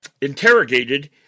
interrogated